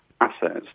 assets